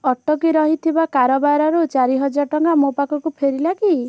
ଅଟକି ରହିଥିବା କାରବାରରୁ ଚାରିହଜାର ଟଙ୍କା ମୋ ପାଖକୁ ଫେରିଲା କି